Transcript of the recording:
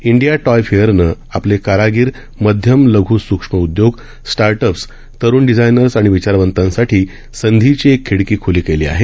India toy फेअरनं आपले कारागीर मध्यम लघ् सुक्ष्म उदयोग स्टार्टअप्स तरुण डिझायनर्स आणि विचारवंतांसाठी संधीची एक खिडकी खुली केली आहे